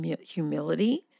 humility